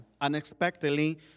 unexpectedly